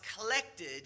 collected